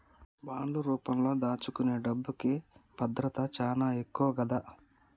బాండ్లు రూపంలో దాచుకునే డబ్బుకి భద్రత చానా ఎక్కువ గదా